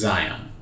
Zion